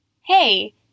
hey